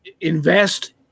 invest